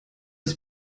ist